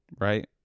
Right